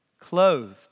clothed